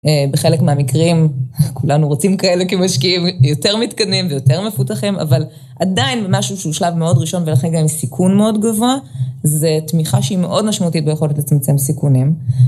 בחלק מהמקרים כולנו רוצים כאלה כמשקיעים יותר מתקדמים ויותר מפותחים אבל עדיין משהו שהוא שלב מאוד ראשון ולכן גם עם סיכון מאוד גבוה זה תמיכה שהיא מאוד משמעותית ביכולת לצמצם סיכונים.